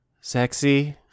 sexy